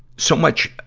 so much,